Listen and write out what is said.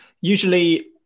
usually